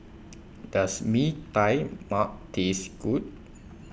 Does Mee Tai Mak Taste Good